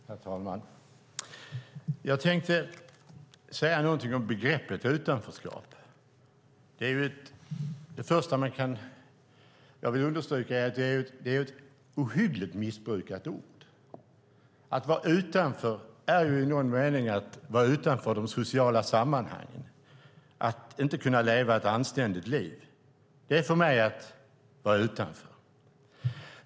Herr talman! Jag tänkte säga någonting om begreppet utanförskap. Jag vill understryka att det är ett ohyggligt missbrukat ord. Att vara utanför är i någon mening att vara utanför de sociala sammanhangen och inte kunna leva ett anständigt liv. Det är för mig att vara utanför.